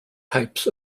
types